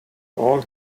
all